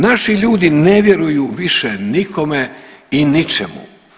Naši ljudi ne vjeruju više nikome i ničemu.